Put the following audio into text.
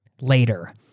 later